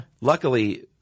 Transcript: Luckily